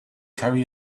carry